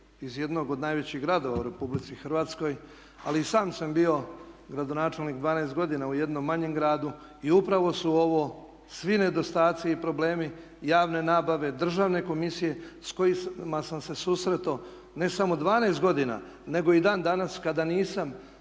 iz jednog od najvećih gradova u Republici Hrvatskoj, ali i sam sam bio gradonačelnik 12 godina u jednom manjem gradu i upravo su ovo svi nedostatci i problemi javne nabave Državne komisije s kojima sam se susreto ne samo 12 godina, nego i dan danas kada nisam